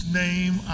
name